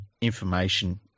information –